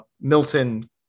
Milton